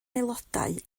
aelodau